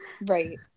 right